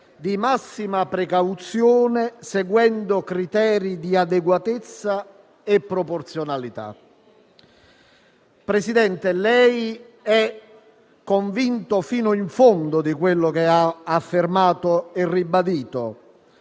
di massima precauzione, seguendo criteri di adeguatezza e proporzionalità. Presidente Conte, lei è convinto fino in fondo di quello che ha affermato e ribadito?